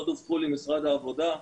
לא דווחו למשרד העבודה.